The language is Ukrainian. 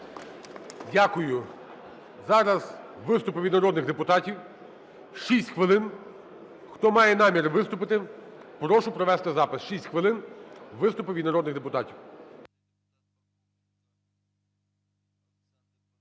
Дякую. Зараз виступи від народних депутатів. Шість хвилин. Хто має намір виступити, прошу провести запис. Шість хвилин виступи від народних депутатів.